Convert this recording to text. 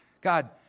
God